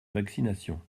vaccinations